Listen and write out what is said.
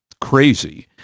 crazy